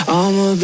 I'ma